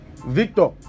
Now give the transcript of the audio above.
Victor